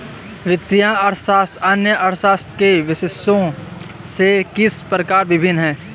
वित्तीय अर्थशास्त्र अन्य अर्थशास्त्र के विषयों से किस प्रकार भिन्न है?